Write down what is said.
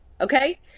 Okay